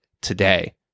today